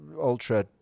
ultra